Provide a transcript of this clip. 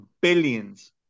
Billions